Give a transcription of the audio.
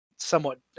somewhat